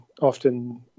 often